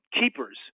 keepers